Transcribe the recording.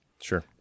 Sure